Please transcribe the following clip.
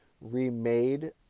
remade